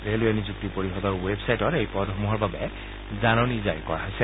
railway নিযুক্তি পৰিষদৰ ৱেবচাইটত এই পদসমূহৰ বাবে জাননী জাৰি কৰা হৈছে